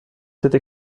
cette